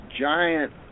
giant